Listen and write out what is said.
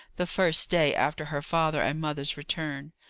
the first day after her father and mother's return.